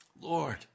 Lord